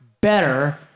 better